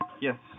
Yes